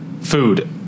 Food